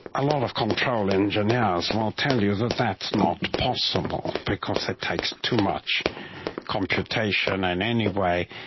a lot of control engineers will tell you that that's not possible because it takes too much computation, and anyway,